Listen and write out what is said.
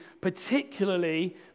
particularly